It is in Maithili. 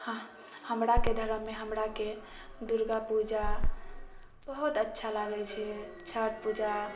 हऽ हमराके धर्ममे हमराके दुर्गा पूजा बहुत अच्छा लागै छै छठ पूजा